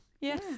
yes